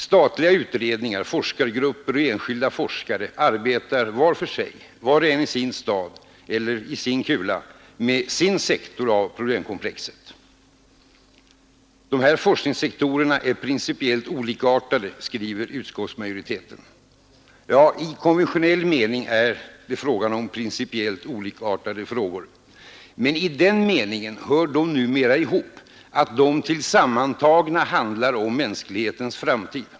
Statliga utredningar, forskargrupper och enskilda forskare arbetar var och en i sin stad eller i sin kula med sin sektor av problemkomplexet. Dessa forskningssektorer är principiellt olikartade, skriver utskottsmajoriteten. Ja, i konventionell mening rör det sig om principiellt olikartade frågor. Men i den meningen hör de numera ihop, att de tillsammantagna handlar om mänsklighetens framtid.